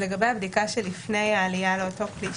לגבי הבדיקה שלפני העלייה למטוס,